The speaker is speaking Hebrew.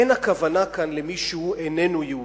אין כוונה כאן למישהו שאיננו יהודי.